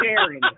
sharing